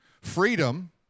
freedom